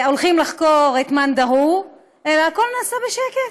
הולכים לחקור את מאן דהוא אלא הכול נעשה בשקט.